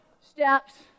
steps